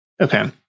Okay